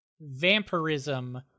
vampirism